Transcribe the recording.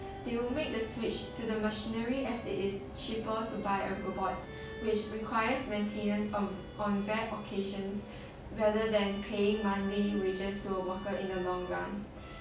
they will make the switch to the machinery as it is cheaper to buy a robot which requires maintenance um on rare occasions rather than pay monthly wages to a worker in the long run